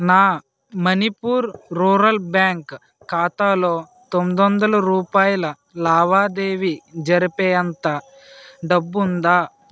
నా Manipur rural bank ఖాతాలో తొమ్మిది వందల రూపాయల లావాదేవీ జరిపేంత డబ్బు ఉందా